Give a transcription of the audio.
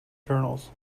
journals